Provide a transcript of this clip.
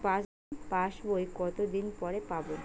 নতুন পাশ বই কত দিন পরে পাবো?